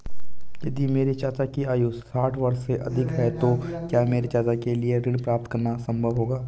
यदि मेरे चाचा की आयु साठ वर्ष से अधिक है तो क्या मेरे चाचा के लिए ऋण प्राप्त करना संभव होगा?